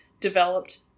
developed